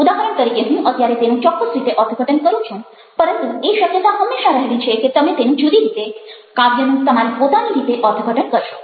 ઉદાહરણ તરીકે હું અત્યારે તેનું ચોક્કસ રીતે અર્થઘટન કરું છું પરંતુ એ શક્યતા હંમેશા રહેલી છે કે તમે તેનું જુદી રીતે કાવ્યનું તમારી પોતાની રીતે અર્થઘટન કરશો